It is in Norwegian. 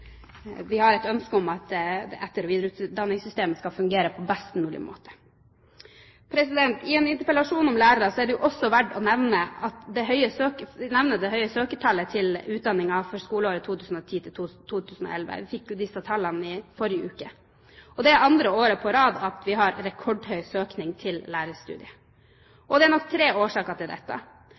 Vi har et ønske om at etter- og videreutdanningssystemet skal fungere på best mulig måte. I en interpellasjon om lærere er det også verdt å nevne det høye søkertallet til utdanningen for skoleåret 2010–2011. Vi fikk disse tallene i forrige uke. Det er andre år på rad vi har rekordhøy søkning til lærerstudiet. Det er nok tre årsaker til dette.